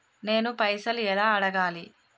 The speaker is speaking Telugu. నేను పైసలు ఎలా అడగాలి?